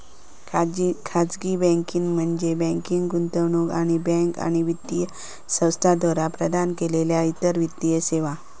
खाजगी बँकिंग म्हणजे बँकिंग, गुंतवणूक आणि बँका आणि वित्तीय संस्थांद्वारा प्रदान केलेल्यो इतर वित्तीय सेवा